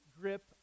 grip